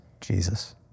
Jesus